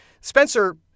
Spencer